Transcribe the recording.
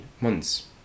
months